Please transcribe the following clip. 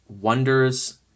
Wonders